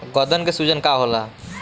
गदन के सूजन का होला?